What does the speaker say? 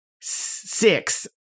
Six